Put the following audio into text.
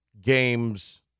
games